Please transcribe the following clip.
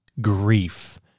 grief